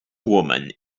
woman